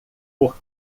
por